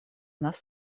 нас